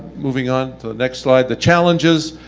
moving on to the next slide, the challenges.